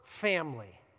family